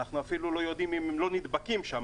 אנחנו אפילו לא יודעים אם הם לא נדבקים שם,